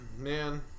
Man